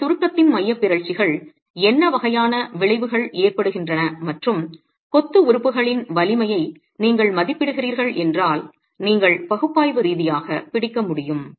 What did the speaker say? உங்கள் சுருக்கத்தின் மையப் பிறழ்ச்சிகள் என்ன வகையான விளைவுகள் ஏற்படுகின்றன மற்றும் கொத்து உறுப்புகளின் வலிமையை நீங்கள் மதிப்பிடுகிறீர்கள் என்றால் நீங்கள் பகுப்பாய்வு ரீதியாகப் பிடிக்க முடியும்